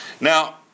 Now